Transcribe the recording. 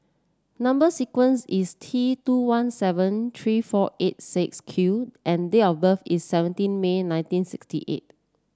number sequence is T two one seven three four eight six Q and date of birth is seventeen May nineteen sixty eight